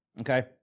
okay